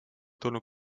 tulnud